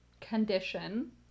condition